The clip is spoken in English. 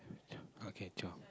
okay